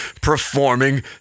performing